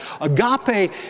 Agape